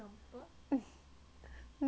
no you